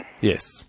yes